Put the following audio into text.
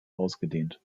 ausgedehnt